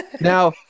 Now